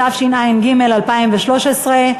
התשע"ג 2013,